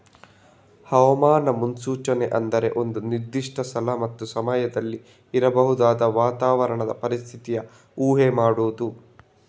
ಹವಾಮಾನ ಮುನ್ಸೂಚನೆ ಅಂದ್ರೆ ಒಂದು ನಿರ್ದಿಷ್ಟ ಸ್ಥಳ ಮತ್ತೆ ಸಮಯದಲ್ಲಿ ಇರಬಹುದಾದ ವಾತಾವರಣದ ಪರಿಸ್ಥಿತಿಯ ಊಹೆ ಮಾಡುದು